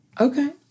okay